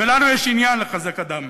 ולנו יש עניין לחזק אדם